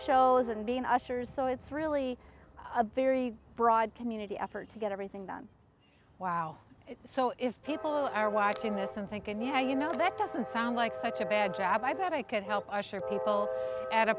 shows and being ushers so it's really a very broad community effort to get everything done wow so if people are watching this and thinking yeah you know that doesn't sound like such a bad job i bet i could help assure people at a